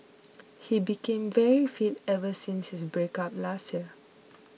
he became very fit ever since his breakup last year